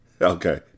Okay